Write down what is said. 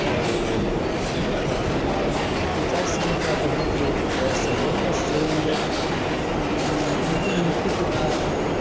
और हमें पिताश्री का बहुत ज़्यादा सहयोग और श्रेय मिला लेकिन उनकी मृत्यु के बाद